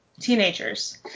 teenagers